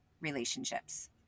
relationships